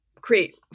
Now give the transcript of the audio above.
create